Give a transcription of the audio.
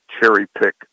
cherry-pick